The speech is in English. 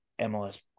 MLS